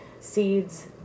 seeds